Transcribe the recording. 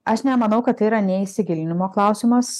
aš nemanau kad tai yra neįsigilinimo klausimas